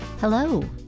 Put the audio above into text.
Hello